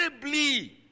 terribly